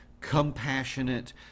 compassionate